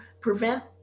prevent